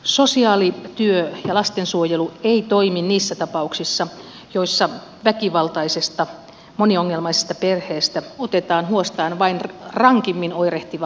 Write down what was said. sosiaalityö ja lastensuojelu eivät toimi niissä tapauksissa joissa väkivaltaisesta moniongelmaisesta perheestä otetaan huostaan vain rankimmin oirehtiva nuori ihminen